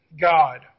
God